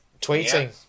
tweeting